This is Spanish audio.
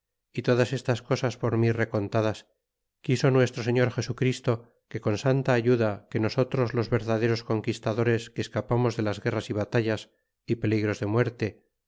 y todas estas cosas por mí recontadas quiso nuestro señor jesu christo que con santa ayuda que nosotros los verdaderos conquistadores que escapamos de las guerras y batallas y peligros de muerte